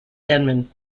denman